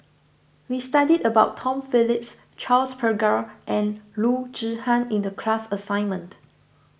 we studied about Tom Phillips Charles Paglar and Loo Zihan in the class assignment